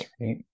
right